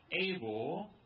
Able